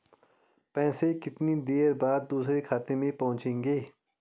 पैसे कितनी देर बाद दूसरे खाते में पहुंचेंगे?